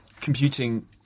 computing